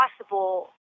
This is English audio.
possible